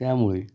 त्यामुळे